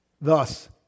Thus